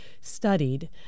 studied